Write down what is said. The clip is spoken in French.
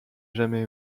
jamais